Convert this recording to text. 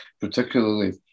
particularly